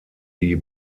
die